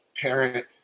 parent